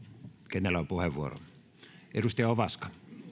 kenellä on puheenvuoro edustaja ovaska